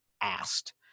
asked